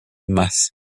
masse